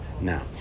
now